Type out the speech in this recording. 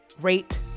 rate